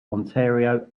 ontario